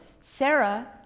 Sarah